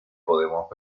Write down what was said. podemos